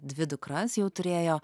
dvi dukras jau turėjo